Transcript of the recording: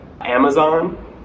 Amazon